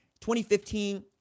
2015